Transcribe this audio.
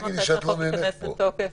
גם כשהחוק ייכנס לתוקף.